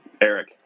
Eric